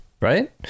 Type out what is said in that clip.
right